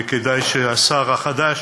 וכדאי שהשר החדש